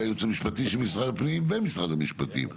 מהיועץ המשפטי של משרד הפנים ומשרד המשפטים.